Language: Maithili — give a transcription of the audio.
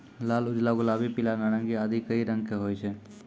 लाल, उजला, गुलाबी, पीला, नारंगी आदि कई रंग के होय छै